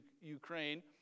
Ukraine